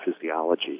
physiology